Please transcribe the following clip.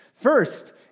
First